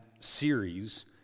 series